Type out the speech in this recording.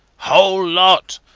whole lot.